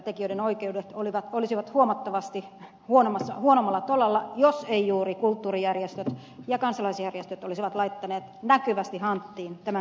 tekijöiden oikeudet olisivat huomattavasti huonommalla tolalla jos eivät juuri kulttuurijärjestöt ja kansalaisjärjestöt olisi laittaneet näkyvästi hanttiin tämän kauden aikana